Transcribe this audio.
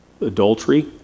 adultery